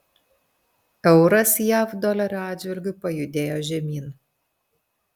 euras jav dolerio atžvilgiu pajudėjo žemyn